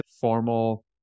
formal